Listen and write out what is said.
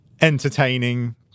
entertaining